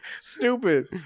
Stupid